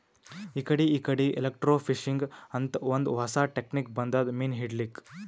ಇಕಡಿ ಇಕಡಿ ಎಲೆಕ್ರ್ಟೋಫಿಶಿಂಗ್ ಅಂತ್ ಒಂದ್ ಹೊಸಾ ಟೆಕ್ನಿಕ್ ಬಂದದ್ ಮೀನ್ ಹಿಡ್ಲಿಕ್ಕ್